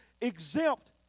exempt